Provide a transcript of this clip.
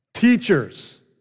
Teachers